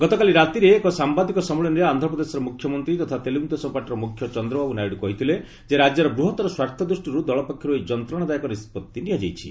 ଗତକାଲି ରାତିରେ ଏକ ସାମ୍ଘାଦିକ ସମ୍ମିଳନୀରେ ଆନ୍ଧ୍ରପ୍ରଦେଶର ମୁଖ୍ୟମନ୍ତ୍ରୀ ତଥା ତେଲୁଗୁଦେଶମ ପାର୍ଟିର ମୁଖ୍ୟ ଚନ୍ଦ୍ରବାବୁ ନାଇଡୁ କହିଥିଲେ ଯେ ରାଜ୍ୟର ବୃହତ୍ତର ସ୍ୱାର୍ଥ ଦୃଷ୍ଟିରୁ ଦଳ ପକ୍ଷରୁ ଏହି ଯନ୍ତ୍ରଣାଦାୟକ ନିଷ୍କଭି ନିଆଯାଇଛି